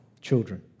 children